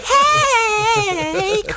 Hey